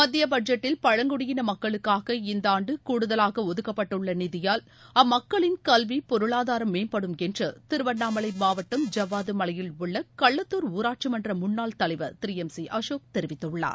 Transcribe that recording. மத்திய பட்ஜெட்டில் பழங்குடியின மக்களுக்காக இந்தான்டு கூடுதலாக ஒதுக்கப்பட்டுள்ள நிதியால் அம்மக்களின் கல்வி பொருளாதாரம் மேம்படும் என்று திருவண்ணாமலை மாவட்டம் ஜவ்வாது மலையில் உள்ள கள்ளத்துர் ஊராட்சிமன்ற முன்னாள் தலைவர் திரு எம் சி அசோக் தெரிவித்துள்ளார்